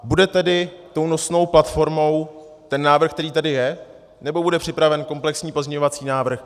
Bude tedy nosnou platformou ten návrh, který tady je, nebo bude připraven komplexní pozměňovací návrh?